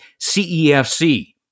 CEFC